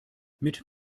mit